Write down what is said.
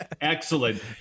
Excellent